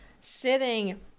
sitting